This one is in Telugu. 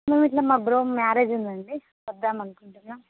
మా ఇట్లా మా బ్రో మ్యారేజ్ ఉందండి వద్దామనుకుంటున్నాం